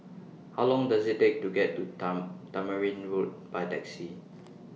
How Long Does IT Take to get to Tamarind Road By Taxi